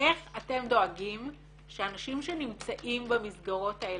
שאנשים שנמצאים במסגרות האלה,